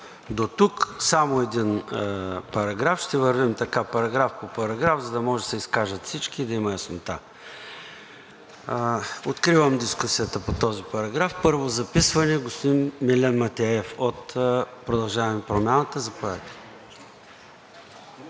Дотук. Ще вървим така – параграф по параграф, за да може да се изкажат всички и да има яснота. Откривам дискусията по този параграф. Първо записване – господин Милен Матеев от „Продължаваме Промяната“, заповядайте.